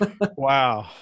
Wow